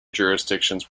jurisdictions